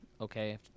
okay